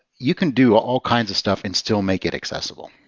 you can do all kinds of stuff and still make it accessible.